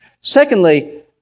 Secondly